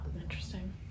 Interesting